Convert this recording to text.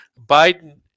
Biden